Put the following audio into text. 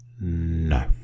No